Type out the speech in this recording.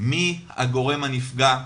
מי הגורם הנפגע,